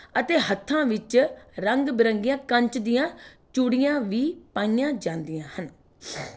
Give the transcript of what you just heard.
ਅਤੇ ਹੱਥਾਂ ਵਿੱਚ ਰੰਗ ਬਰੰਗੀਆਂ ਕੰਚ ਦੀਆਂ ਚੂੜੀਆਂ ਵੀ ਪਾਈਆਂ ਜਾਂਦੀਆਂ ਹਨ